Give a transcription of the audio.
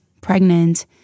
pregnant